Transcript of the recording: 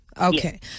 Okay